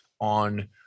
on